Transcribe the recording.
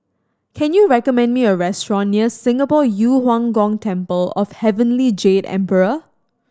can you recommend me a restaurant near Singapore Yu Huang Gong Temple of Heavenly Jade Emperor